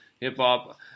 hip-hop